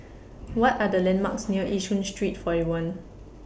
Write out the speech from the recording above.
What Are The landmarks near Yishun Street forty one